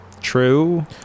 True